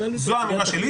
זו האמירה שלי.